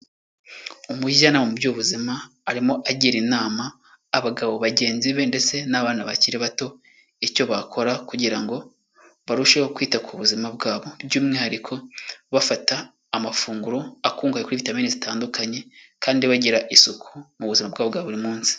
Umujyanama mu by'ubuzima, arimo agira inama abagabo bagenzi be ndetse n'abana bakiri bato, icyo bakora kugira ngo barusheho kwita ku buzima bwabo. By'umwihariko bafata amafunguro, akungahaye kuri vitamini zitandukanye, kandi bagira isuku mu buzima bwabo bwa buri munsi.